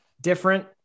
different